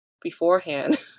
beforehand